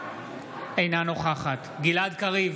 אינה נוכחת גלעד קריב,